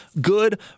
good